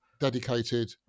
dedicated